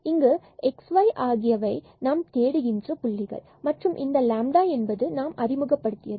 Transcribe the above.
இங்கு x y ஆகியவை நாம் தேடுகின்ற புள்ளிகள் மற்றும் இந்த λ என்பது நாம் அறிமுகப்படுத்தியது